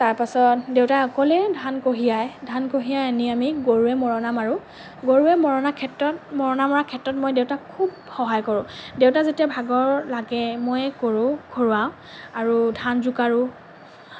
তাৰপাছত দেউতাই অকলেই ধান কঢ়িয়ায় ধান কঢ়িয়াই আনি আমি গৰুৰে মৰণা মাৰোঁ গৰুৰে মৰণা ক্ষেত্ৰত মৰণা মৰাৰ ক্ষেত্ৰত মই দেউতাক খুব সহায় কৰোঁ দেউতাৰ যেতিয়া ভাগৰ লাগে ময়ে কৰোঁ ঘূৰাওঁ আৰু ধান জোকাৰোঁ